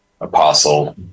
apostle